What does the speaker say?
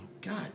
God